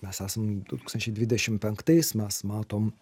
mes esam du tūkstančiai dvidešim penktais mes matom